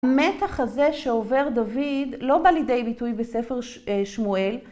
המתח הזה שעובר דוד, לא בא לידי ביטוי בספר שמואל.